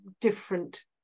different